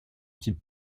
type